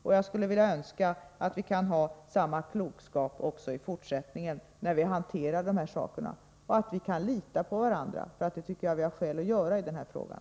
Och jag skulle önska att vi kunde ha samma klokskap också i fortsättningen, när vi hanterar dessa frågor, och att vi kan lita på varandra — det tycker jag att vi har skäl att göra i den här frågan.